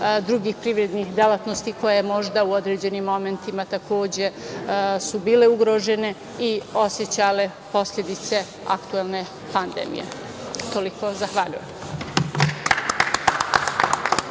drugih privrednih delatnosti koje možda u određenim momentima takođe su bile ugrožene i osećale posledice aktuelne pandemije. Toliko, zahvaljujem.